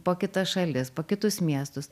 po kitas šalis po kitus miestus